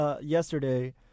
yesterday